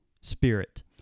Spirit